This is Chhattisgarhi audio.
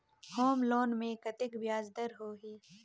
होम लोन मे कतेक ब्याज दर होही?